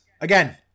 again